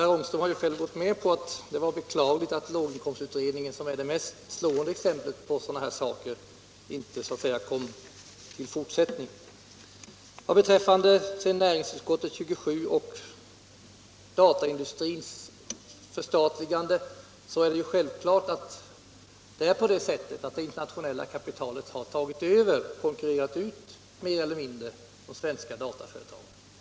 Herr Ångström har ju också gått med på att det var beklagligt att det så att säga inte blev någon fortsättning på låginkomstutredningen, eftersom det är det mest slående exemplet på sådana här företeelser. När det sedan gäller näringsutskottets betänkande nr 27 och dataindustrins förstatligande är det helt klart att det internationella kapitalet har tagit över och mer eller mindre konkurrerat ut de svenska dataföretagen.